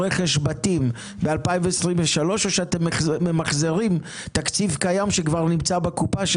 בתים ב-2023 או שאתם ממחזרים תקציב קיים שכבר נמצא בקופה,